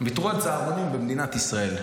ויתרו על צהרונים במדינת ישראל.